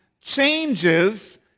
changes